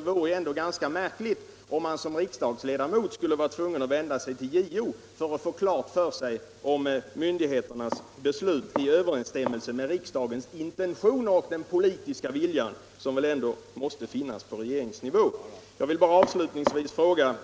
Det vore märkligt om man som riksdagsledamot skulle vara tvungen att vända sig till JO för att få klart för sig om myndigheternas beslut är i överensstämmelse med riksdagens intentioner och den politiska vilja som väl ändå måste finnas på regeringsnivå. Jag vill bara avslutningsvis ställa en fråga.